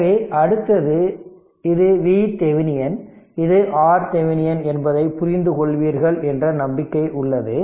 எனவே அடுத்தது இது VThevenin இது Rhevenin என்பதை புரிந்து கொள்வீர்கள் என்ற நம்பிக்கை உள்ளது